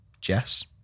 Jess